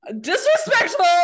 Disrespectful